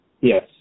Yes